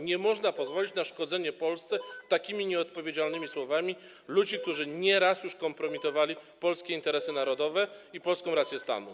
Nie można pozwolić na szkodzenie Polsce takimi nieodpowiedzialnymi słowami ludzi, którzy nieraz już kompromitowali polskie interesy narodowe i polską rację stanu.